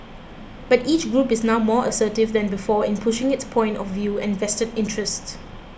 but each group is now more assertive than before in pushing its point of view and vested interests